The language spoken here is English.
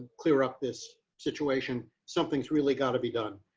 clear up this situation, something's really got to be done.